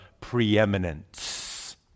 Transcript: preeminence